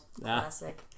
Classic